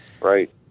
Right